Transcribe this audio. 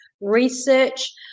research